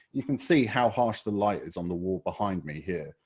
you can see how harsh the light is on the wall behind me here,